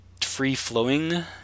free-flowing